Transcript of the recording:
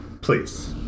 Please